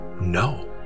no